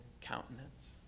countenance